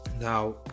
Now